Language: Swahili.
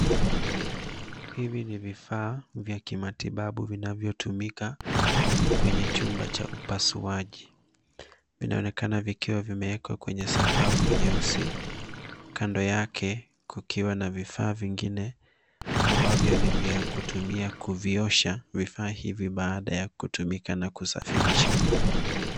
Hivi ni vifaa vya kimatibabu vinavyotumika kwenye chumba cha matibabu. vinaonekana vikiwa vimewekwa kwenye sakafu nyeusi. Kando yake, kuna vifaa vingine ambavyo ni vya kutumia kuvisafisha vifaa hivi baada ya matumizi na kuvihamisha.